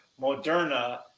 Moderna